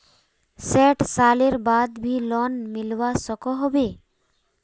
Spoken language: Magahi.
सैट सालेर बाद भी लोन मिलवा सकोहो होबे?